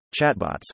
chatbots